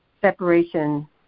separation